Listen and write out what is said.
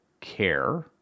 care